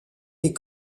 des